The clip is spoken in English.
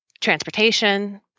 transportation